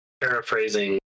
paraphrasing